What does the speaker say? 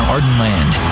Ardenland